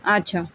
আচ্ছা